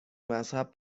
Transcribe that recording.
مذهب